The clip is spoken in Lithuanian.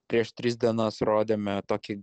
prieš tris dienas rodėme tokį